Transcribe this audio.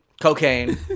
cocaine